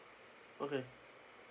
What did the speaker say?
okay